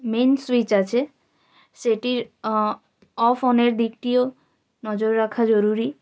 main switch আছে সেটির off অনের দিকটিও নজর রাখা জরুরি